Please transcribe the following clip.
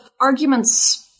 arguments